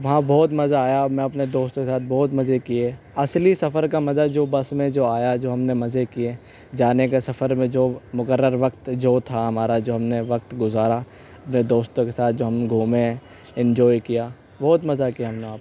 وہاں بہت مزہ آیا میں اپنے دوستوں کے ساتھ بہت مزے کیے اصلی سفر کا مزہ جو بس میں جو آیا جو ہم نے مزے کیے جانے کے سفر میں جو مقرر وقت جو تھا ہمارا جو ہم نے وقت گزارا اپنے دوستوں کے ساتھ جو ہم گھومے انجوائے کیا بہت مزہ کیا ہم نے وہاں پہ